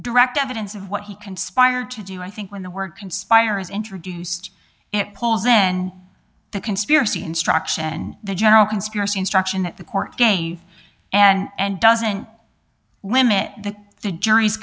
direct evidence of what he conspired to do i think when the word conspire is introduced it pulls then the conspiracy instruction and the general conspiracy instruction that the court gave and doesn't limit the jury's